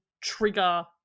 trigger